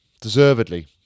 Deservedly